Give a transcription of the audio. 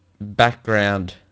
background